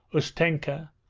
ustenka,